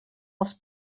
els